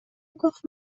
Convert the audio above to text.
گفت